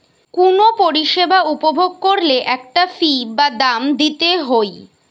কুনো পরিষেবা উপভোগ কোরলে একটা ফী বা দাম দিতে হই